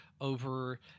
over